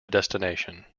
destination